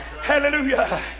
Hallelujah